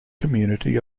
community